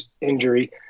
injury –